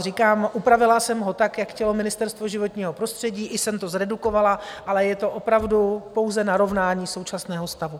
Říkám, upravila jsem ho tak, jak chtělo Ministerstvo životního prostředí, i jsem to zredukovala, ale je to opravdu pouze narovnání současného stavu.